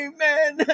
Amen